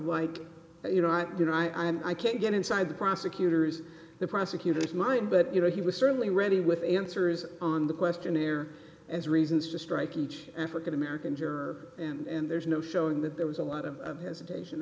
like you know i you know i am i can't get inside the prosecutor's the prosecutor's mind but you know he was certainly ready with answers on the questionnaire as reasons to strike each african american juror and there's no showing that there was a lot of hesitation